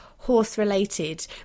horse-related